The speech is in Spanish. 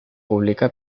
publica